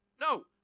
No